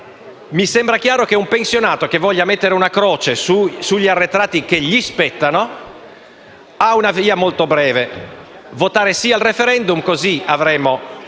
Mi sembra chiaro che un pensionato che voglia mettere una croce sugli arretrati che gli spettano ha una via molto breve per farlo: votare sì al *referendum*, così avremo